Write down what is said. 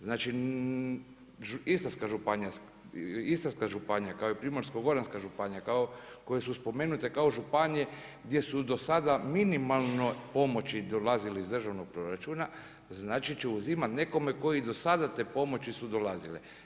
Znači, Istarska županija kao i Primorsko-goranska županija kao, koje su spomenute kao županije gdje su do sada minimalne pomoći dolazile iz državnog proračuna značit će uzimat nekome kojima i do sada te pomoći su dolazile.